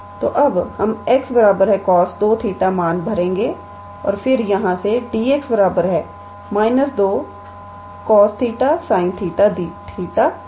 तो अब हम 𝑥 𝑐𝑜𝑠2𝜃 मान भरे और फिर यहाँ से 𝑑𝑥 −2𝑐𝑜𝑠𝜃 sin 𝜃𝑑𝜃 होगा